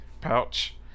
pouch